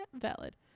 valid